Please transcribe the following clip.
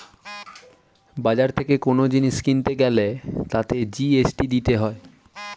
বাজার থেকে কোন জিনিস কিনতে গ্যালে তাতে জি.এস.টি দিতে হয়